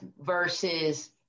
versus